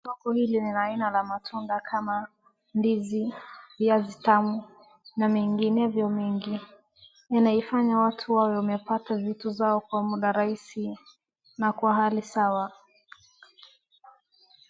Soko hili ni la aina ya matunda kama kama ndizi, viazi tamu na mengine mengi. Inaifanya watu wawe wamepata vitu zao kwa muda rahisi na kwa hali sawa.